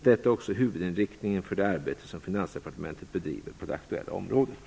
Detta är också huvudinriktningen för det arbete som Finansdepartementet bedriver på det aktuella området.